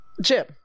Jim